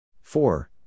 Four